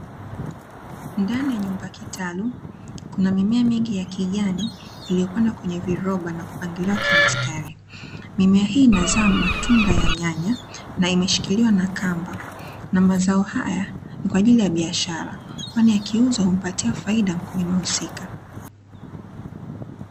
Ndani ya nyumba kitalu kuna mimea mingi ya kijani iliyopandwa kwenye viroba na kupangiliwa kimistari, mimea hii inazaa matunda ya nyanya na imeshikiliwa na kamba na mazao haya ni kwa ajili ya biashara kwani yakiuzwa humpatia faida mkulima husika.